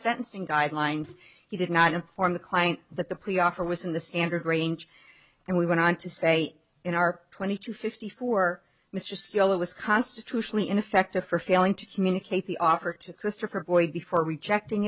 sentencing guidelines he did not inform the client that the plea offer was in the standard range and we went on to say in our twenty two fifty four mr skilling was constitutionally ineffective for failing to communicate the offer to christopher boyd before rejecting